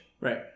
Right